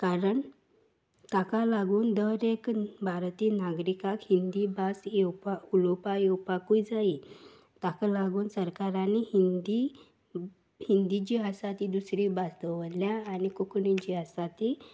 कारण ताका लागून दर एक भारतीय नागरिकाक हिंदी भास येवपाक उलोवपाक येवपाकूय जाय ताका लागून सरकारांनी हिंदी हिंदी जी आसा ती दुसरी भास दवरल्या आनी कोंकणी जी आसा ती